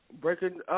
Breaking